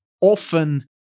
often